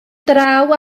draw